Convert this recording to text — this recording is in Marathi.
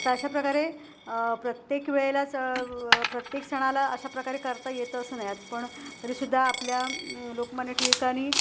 आता अशा प्रकारे प्रत्येक वेळेलाच प्रत्येक सणाला अशा प्रकारे करता येत असं नाहीत पण तरीसुद्धा आपल्या लोकमान्य टिळकांनी